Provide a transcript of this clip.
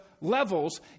levels